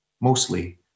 Mostly